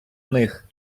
них